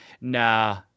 Nah